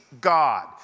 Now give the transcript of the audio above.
God